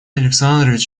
александрович